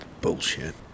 Bullshit